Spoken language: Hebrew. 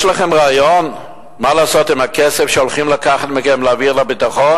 יש לכם רעיון מה לעשות עם הכסף שהולכים לקחת מכם ולהעביר לביטחון?